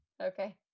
okay